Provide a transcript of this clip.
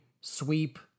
sweep